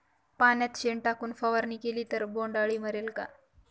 पाण्यात शेण टाकून फवारणी केली तर बोंडअळी मरेल का?